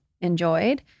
enjoyed